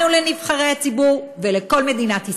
לנו, לנבחרי הציבור, ולכל מדינת ישראל.